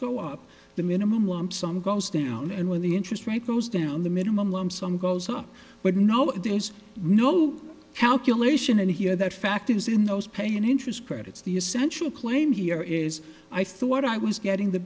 go up the minimum lump sum goes down and when the interest rate goes down the minimum lump sum goes up with no there's no calculation here that fact is in those pay in interest credits the essential claim here is i thought i was getting the